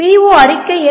PO அறிக்கை என்ன